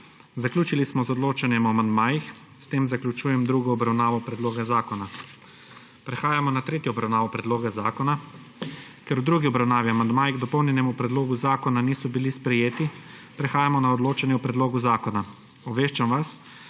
Zaključili smo z odločanjem o amandmajih. S tem zaključujem drugo obravnavo predloga zakona. Prehajamo na tretjo obravnavo predloga zakona. Ker v drugi obravnavi amandmaji k dopolnjenemu predlogu zakona niso bili sprejeti, prehajamo na odločanje o predlogu zakona. Obveščam vas,